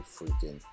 freaking